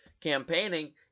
campaigning